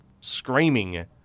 screaming